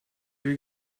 will